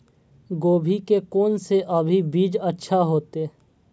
गोभी के कोन से अभी बीज अच्छा होते?